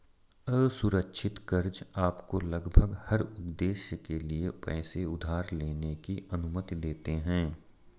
असुरक्षित कर्ज़ आपको लगभग हर उद्देश्य के लिए पैसे उधार लेने की अनुमति देते हैं